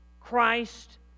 Christ